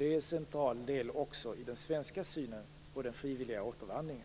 Det är en central del också i den svenska synen på den frivilliga återvandringen.